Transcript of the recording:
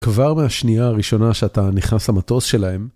כבר מהשנייה הראשונה שאתה נכנס למטוס שלהם.